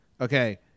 Okay